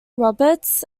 roberts